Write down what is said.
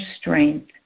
strength